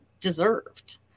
deserved